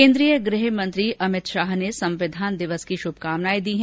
केन्द्रीय गृह मंत्री अमित शाह ने संविधान दिवस की शुभकामनाएं दी है